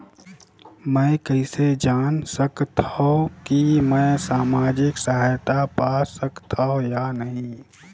मै कइसे जान सकथव कि मैं समाजिक सहायता पा सकथव या नहीं?